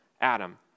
Adam